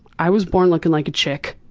i was born looking like chick.